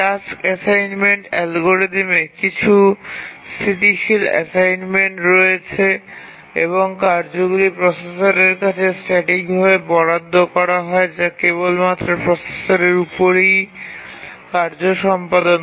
task assignment অ্যালগরিদমে কিছু স্থিতিশীল অ্যাসাইনমেন্ট রয়েছে এবং কার্যগুলি প্রসেসরের কাছে স্ট্যাটিকভাবে বরাদ্দ করা হয় যা কেবলমাত্র প্রসেসরের উপরই কার্য সম্পাদন করে